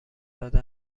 داده